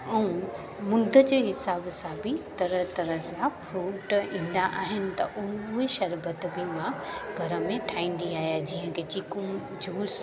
ऐं मूंद जे हिसाब सां बि तरह तरह जा फ्रूट ईंदा आहिनि उहे शरबत बि मां घर में ठाहींदी आहियां जीअं चीकू जूस